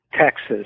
Texas